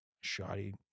shoddy